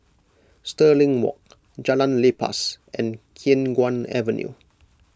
Stirling Walk Jalan Lepas and Khiang Guan Avenue